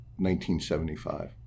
1975